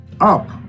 up